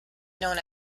known